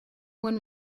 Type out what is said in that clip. when